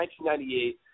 1998